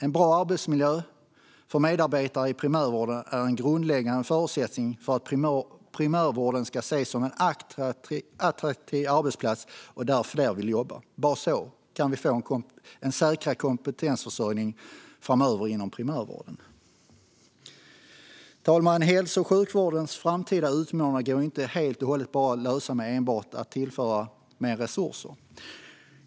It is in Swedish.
En bra arbetsmiljö för medarbetare i primärvården är en grundläggande förutsättning för att primärvården ska ses som en attraktiv arbetsplats och att man därför vill jobba där. Bara så kan vi få en säkrare kompetensförsörjning framöver inom primärvården. Herr talman! Hälso och sjukvårdens framtida utmaningar går inte att lösa enbart genom att tillföra mer resurser.